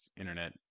internet